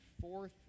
fourth